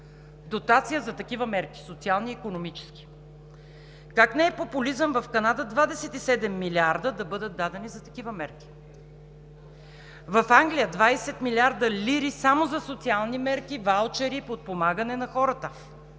дотация, за такива мерки – социални и икономически, как не е популизъм в Канада 27 милиарда да бъдат дадени за такива мерки, в Англия – 20 милиарда лири само за социални мерки, ваучери, подпомагане на хората,